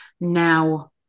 now